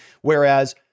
Whereas